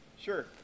Sure